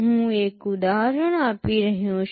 હું એક ઉદાહરણ આપી રહ્યો છું